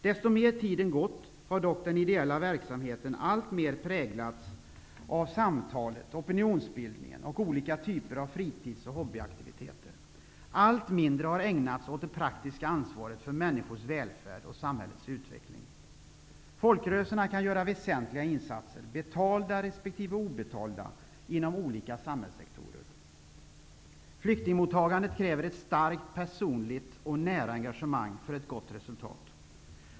Ju mer tiden har gått har dock den ideella verksamheten alltmer präglats av samtalet, opinionsbildningen och olika typer av fritids och hobbyaktiviteter. Allt mindre har ägnats åt det praktiska ansvaret för människors välfärd och samhällets utveckling. Folkrörelserna kan göra väsentliga insatser, betalda resp. obetalda, inom olika samhällssektorer. Flyktingmottagandet kräver ett starkt personligt och nära engagemang för ett gott resultat.